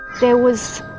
there was